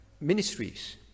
Ministries